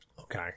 Okay